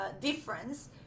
difference